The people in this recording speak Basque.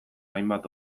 hainbat